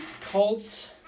Colts